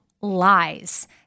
lies